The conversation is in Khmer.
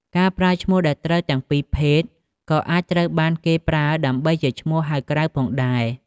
ការប្រើឈ្មោះដែលត្រូវទាំងពីរភេទ ក៏អាចត្រូវបានគេប្រើដើម្បីជាឈ្មោះហៅក្រៅផងដែរ។